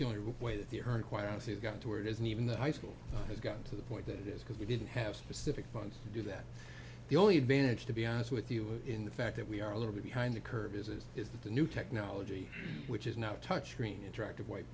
the only way that the earn quite honestly it got to where it isn't even that high school has gotten to the point that it is because we didn't have specific funds to do that the only advantage to be honest with you in the fact that we are a little bit behind the curve is is is that the new technology which is not touchscreen interactive white